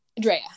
Drea